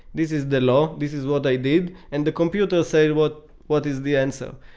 this is the law, this is what i did, and the computer say what what is the answer.